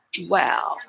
Wow